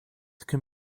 can